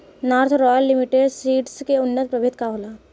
North Royal Limited Seeds के उन्नत प्रभेद का होला?